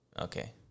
Okay